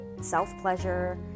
self-pleasure